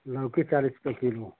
लौकी चालीस का किलो